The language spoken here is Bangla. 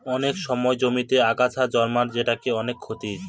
অনেক সময় জমিতে আগাছা জন্মায় যেটা অনেক ক্ষতির